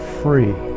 free